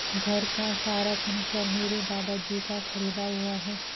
घर का सारा फर्नीचर मेरे दादाजी का खरीदा हुआ है